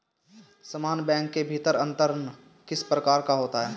समान बैंक के भीतर अंतरण किस प्रकार का होता है?